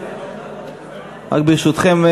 רק ברשותכם,